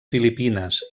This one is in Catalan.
filipines